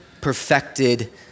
perfected